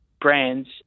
brands